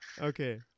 Okay